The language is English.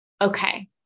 Okay